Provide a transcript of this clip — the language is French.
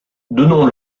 donnons